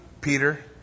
Peter